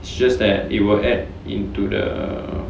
it's just that it will add into the